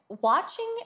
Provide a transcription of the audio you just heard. watching